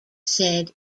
said